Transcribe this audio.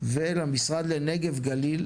ולמשרד לנגב גליל,